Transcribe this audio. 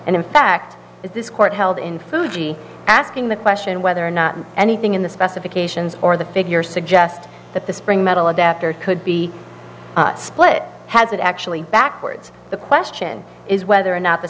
and in fact this court held in fuji asking the question whether or not anything in the specifications or the figure suggest that the spring metal adapter could be split has it actually backwards the question is whether or not the